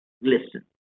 Listen